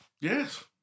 Yes